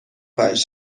پنج